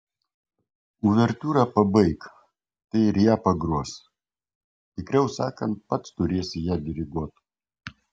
uvertiūrą pabaik tai ir ją pagros tikriau sakant pats turėsi ją diriguoti